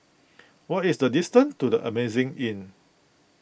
what is the distance to the Amazing Inn